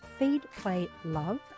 feedplaylove